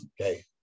Okay